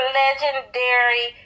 legendary